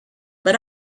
but